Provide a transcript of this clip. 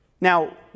Now